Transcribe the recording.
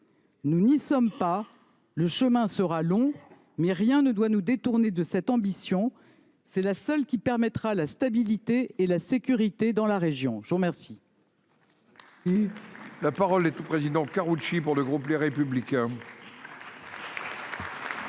Nous n’y sommes pas ; le chemin sera long, mais rien ne doit nous détourner de cette ambition. Elle seule garantira la stabilité et la sécurité dans la région. La parole